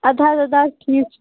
اَدٕ حظ اَدٕ حظ ٹھیٖک چھُ